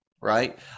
right